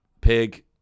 pig